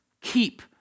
keep